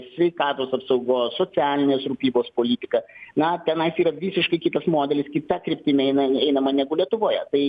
sveikatos apsaugos socialinės rūpybos politika na tenais yra visiškai kitas modelis kita kryptimi eina einama negu lietuvoje tai